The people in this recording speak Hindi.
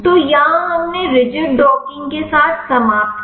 तो यहां हमने रिजिड डॉकिंग के साथ समाप्त किया